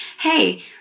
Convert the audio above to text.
hey